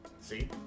See